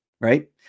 right